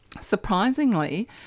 surprisingly